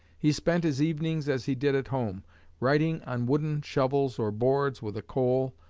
he spent his evenings as he did at home writing on wooden shovels or boards with a coal,